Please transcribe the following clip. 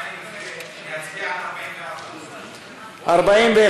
להצביע על 44. 41,